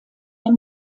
der